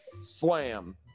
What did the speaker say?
slam